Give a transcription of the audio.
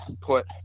put